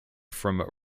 from